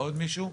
עוד מישהו?